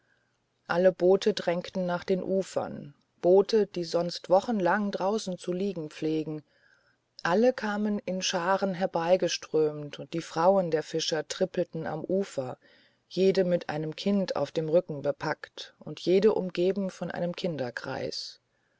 alle boote drängten nach den ufern boote die sonst wochenlang draußen zu liegen pflegten alle kamen in scharen herbeigeströmt und die frauen der fischer trippelten am ufer jede mit einem kind auf dem rücken bepackt und jede umgeben von einem kinderkreis